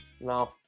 no